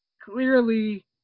clearly